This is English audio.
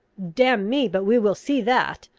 damn me, but we will see that.